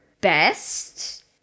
best